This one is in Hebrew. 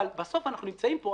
אבל בסוף אנחנו נמצאים פה,